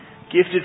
gifted